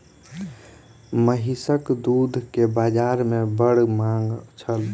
महीसक दूध के बाजार में बड़ मांग छल